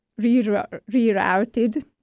rerouted